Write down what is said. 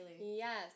Yes